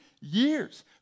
years